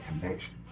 connection